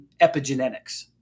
epigenetics